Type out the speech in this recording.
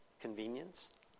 convenience